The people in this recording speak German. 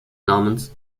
namens